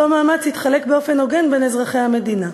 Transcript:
אותו מאמץ יתחלק באופן הוגן בין אזרחי המדינה.